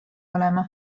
olema